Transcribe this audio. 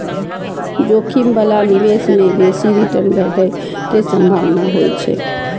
जोखिम बला निवेश मे बेसी रिटर्न भेटै के संभावना होइ छै